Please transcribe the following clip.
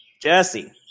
Jesse